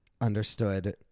understood